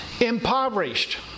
impoverished